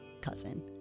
cousin